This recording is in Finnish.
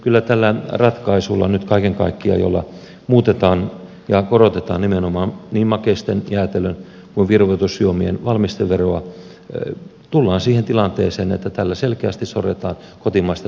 kyllä nyt kaiken kaikkiaan tällä ratkaisulla jolla muutetaan ja korotetaan nimenomaan niin makeisten jäätelön kuin virvoitusjuomien valmisteveroa tullaan siihen tilanteeseen että tällä selkeästi sorretaan kotimaista tuotantoa ja yritystoimintaa